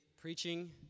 preaching